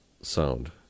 sound